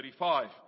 35